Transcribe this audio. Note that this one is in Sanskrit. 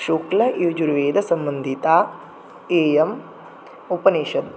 शुक्लयजुर्वेदसम्बन्धिता इयम् उपनिषत्